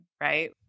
right